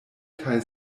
kaj